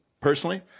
personally